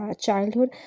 childhood